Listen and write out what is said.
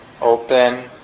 open